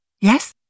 Yes